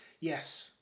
yes